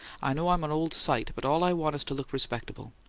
i know i'm an old sight, but all i want is to look respectable.